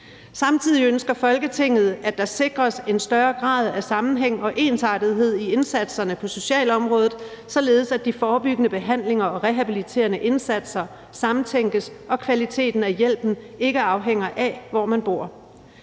Samtidig ønsker Folketinget, at der sikres en større grad af sammenhæng og ensartethed i indsatserne på socialområdet, således at de forebyggende, behandlende og rehabiliterende indsatser samtænkes og kvaliteten af hjælpen ikke afhænger af, hvor man bor.